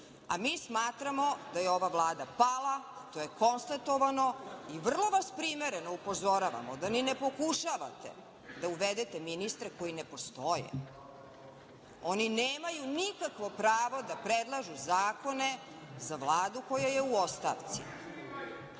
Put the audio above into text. Mi smatramo da je ova Vlada pala, to je konstatovano i vrlo vas primereno upozoravamo da ni ne pokušavate da uvedete ministre koji ne postoje, oni nemaju nikakvo pravo da predlažu zakone za Vladu koja je u ostavci,